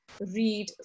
read